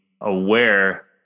aware